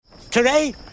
today